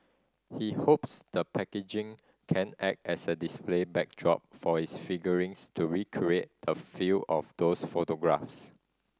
he hopes the packaging can act as a display backdrop for his figurines to recreate the feel of those photographs